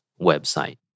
website